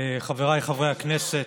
חבריי חברי הכנסת,